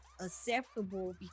Acceptable